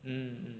mm mm mm